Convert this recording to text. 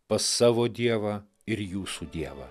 pas savo dievą ir jūsų dievą